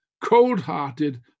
cold-hearted